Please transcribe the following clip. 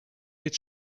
mit